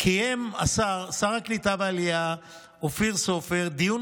קיים שר העלייה והקליטה אופיר סופר דיון